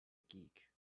geek